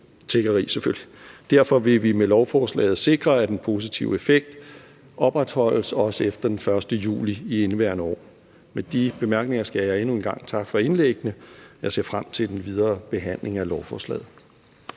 Derfor er vil vi med lovforslaget sikre, at den positive effekt opretholdes, også efter den 1. juli i indeværende år. Med de bemærkninger skal jeg endnu en gang takke for indlæggene. Jeg ser frem til den videre behandling af lovforslaget.